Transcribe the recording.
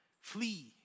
Flee